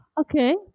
Okay